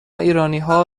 ایرانیها